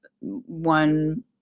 one